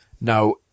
Now